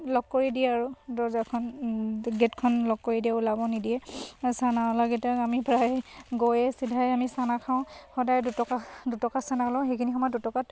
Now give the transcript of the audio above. লক কৰি দিয়ে আৰু দৰ্জাৰখন গেটখন লগ কৰি দিয়ে ওলাব নিদিয়ে চানাঅলাকেইটাক আমি প্ৰায় গৈয়ে চিধাই আমি চানা খাওঁ সদায় দুটকা দুটকা চানা লওঁ সেইখিনি সময়ত দুটকাত